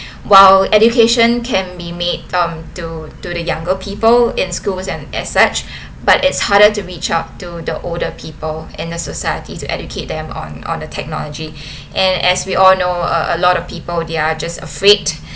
while education can be made um to to the younger people in schools and as such but it's harder to reach out to the older people in a society to educate them on on the technology and as we all know uh a lot of people they're just afraid